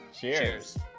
Cheers